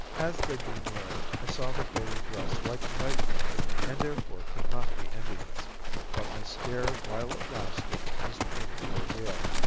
as they drew nearer i saw that they were dressed like white men and, therefore, could not be indians but my scare while it lasted was painfully real.